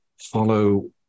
follow